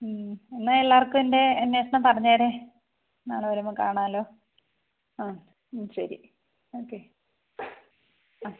എന്നാൽ എല്ലാവര്ക്കും എന്റെ അന്വേഷണം പറഞ്ഞേരെ നാളെ വരുമ്പോൾ കാണാമല്ലോ ആ ഉം ശരി ഓക്കെ ആ